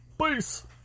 Peace